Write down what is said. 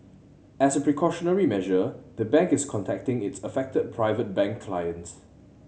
as a precautionary measure the bank is contacting its affected Private Bank clients